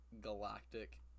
galactic